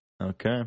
Okay